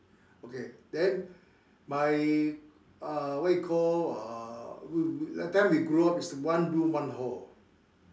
okay then my uh what you call uh that time we grow up is one room one hall